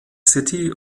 city